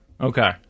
Okay